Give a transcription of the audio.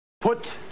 Put